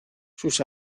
sus